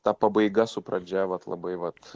ta pabaiga su pradžia vat labai vat